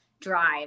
drive